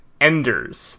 enders